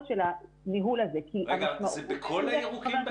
של הניהול הזה -- זה בכל הירוקים והצהובים?